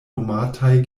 nomataj